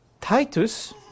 Titus